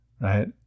right